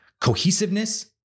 cohesiveness